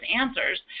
answers